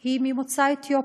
היא ממוצא אתיופי.